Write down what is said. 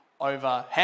over